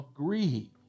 agree